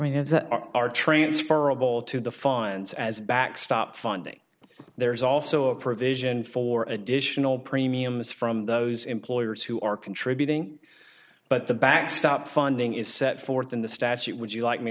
mean if that are transferable to the funds as a backstop funding there is also a provision for additional premiums from those employers who are contributing but the backstop funding is set forth in the statute would you like me